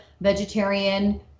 vegetarian